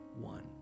one